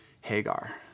Hagar